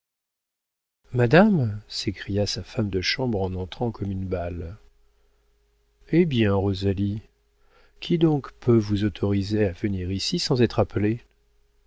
madame s'écria sa femme de chambre en entrant comme une balle eh bien rosalie qui donc peut vous autoriser à venir ici sans être appelée